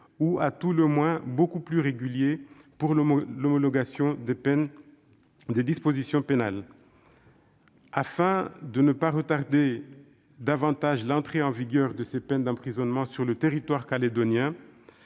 ou à tout le moins beaucoup plus régulier, pour l'homologation des dispositions pénales. Afin de ne pas retarder davantage l'entrée en vigueur de ces peines d'emprisonnement sur le territoire calédonien,